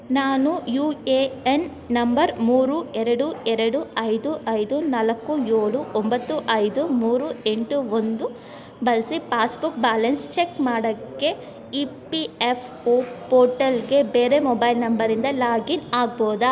ನಾನು U A N number ಮೂರು ಎರಡು ಎರಡು ಐದು ಐದು ನಾಲ್ಕು ಏಳು ಒಂಬತ್ತು ಐದು ಮೂರು ಎಂಟು ಒಂದು ಬಳ್ಸಿ ಪಾಸ್ ಬುಕ್ ಬ್ಯಾಲೆನ್ಸ್ ಚೆಕ್ ಮಾಡೋಕ್ಕೆ ಇ ಪಿ ಎಫ್ ಒ ಪೋರ್ಟಲ್ಗೆ ಬೇರೆ ಮೊಬೈಲ್ ನಂಬರಿಂದ ಲಾಗಿನ್ ಆಗ್ಬೋದಾ